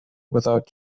without